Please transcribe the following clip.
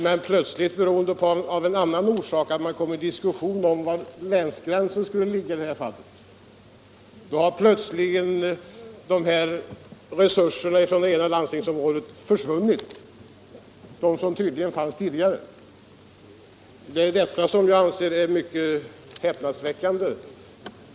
Men så har man kommit i diskussion om var länsgränsen skall gå, och då har de tidigare resurserna helt plötsligt försvunnit i det ena landstingsområdet! Det tycker jag är häpnadsväckande.